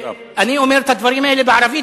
אני אומר את הדברים האלה בערבית,